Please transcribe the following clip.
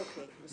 אוקיי.